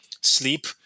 sleep